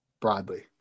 broadly